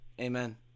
Amen